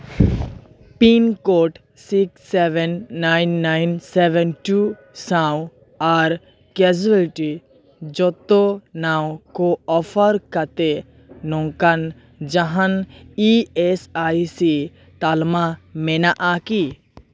pin code six seven nine nine seven two ᱥᱟᱶ ᱟᱨ ᱠᱮᱡᱩᱭᱮᱞᱤᱴᱤ ᱡᱚᱛᱚ ᱱᱟᱣ ᱠᱚ ᱚᱯᱷᱟᱨ ᱠᱟᱛᱮ ᱱᱚᱝᱠᱟᱱ ᱡᱟᱦᱟᱱ ᱤ ᱮᱥ ᱟᱭ ᱥᱤ ᱛᱟᱞᱢᱟ ᱢᱮᱱᱟᱜᱼᱟ ᱠᱤ